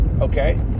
Okay